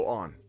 on